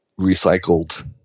recycled